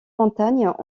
montagnes